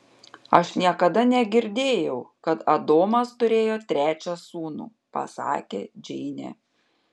aš niekada negirdėjau kad adomas turėjo trečią sūnų pasakė džeinė